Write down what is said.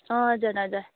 हजुर हजुर